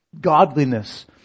godliness